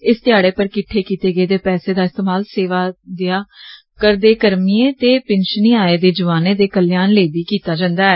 इस ध्याड़े पर किटठे कीते गेदे पैसे दा इस्तेमाल सेवां देआ रदे कर्मिएं ते पिंषनी आये दे जौआनें दे कल्याण लेई बी कीता जंदा ऐ